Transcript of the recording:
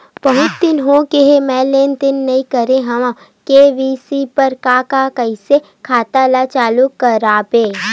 बहुत दिन हो गए मैं लेनदेन नई करे हाव के.वाई.सी बर का का कइसे खाता ला चालू करेबर?